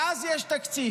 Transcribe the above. ואז יש תקציב,